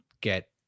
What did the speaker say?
get